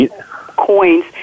coins